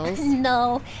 No